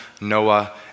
Noah